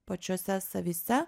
pačiuose savyse